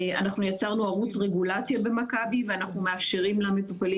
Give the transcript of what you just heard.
אנחנו יצרנו ערוץ רגולציה במכבי ואנחנו מאפשרים למטופלים